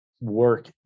work